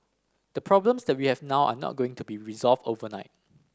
the problems that we have now are not going to be resolved overnight